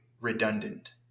redundant